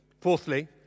Fourthly